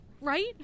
Right